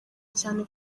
cyane